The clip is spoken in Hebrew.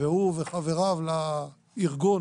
הוא וחבריו לארגון